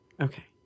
Okay